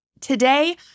Today